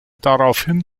daraufhin